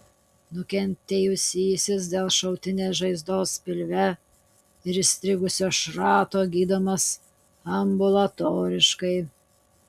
nukentėjusysis dėl šautinės žaizdos pilve ir įstrigusio šrato gydomas ambulatoriškai